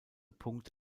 punkt